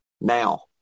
Now